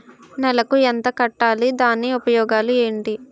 నెలకు ఎంత కట్టాలి? దాని ఉపయోగాలు ఏమిటి?